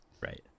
right